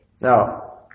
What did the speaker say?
Now